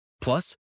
Plus